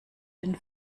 den